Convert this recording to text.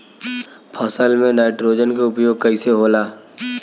फसल में नाइट्रोजन के उपयोग कइसे होला?